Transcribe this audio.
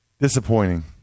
disappointing